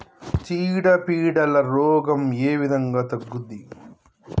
చీడ పీడల రోగం ఏ విధంగా తగ్గుద్ది?